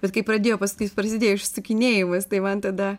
bet kai pradėjo paskui prasidėjo išsukinėjimais tai man tada